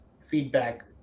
feedback